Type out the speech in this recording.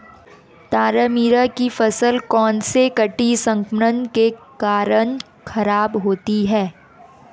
तारामीरा की फसल कौनसे कीट संक्रमण के कारण खराब होती है?